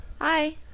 Hi